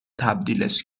تبدیلش